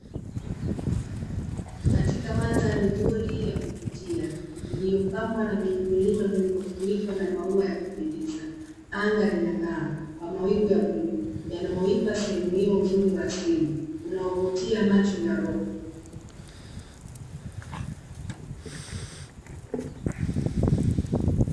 Katika mandhari nzuri ya kuvutia iliopambwa na mijimilima iliofunikwa na maua ya kupendeza, anga linang'aa kwa mawingu ya bluu yanayoipa sehemu hio uzuri wa asili unaovutia macho na roho.